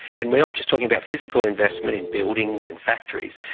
and we are not just talking about physical investment in buildings and factories,